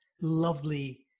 lovely